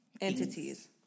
entities